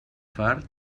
fart